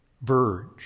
verge